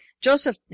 Joseph